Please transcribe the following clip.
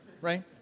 Right